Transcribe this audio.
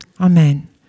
amen